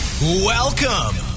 Welcome